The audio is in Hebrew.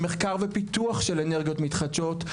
למחקר ופיתוח של אנרגיות מתחדשות,